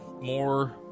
more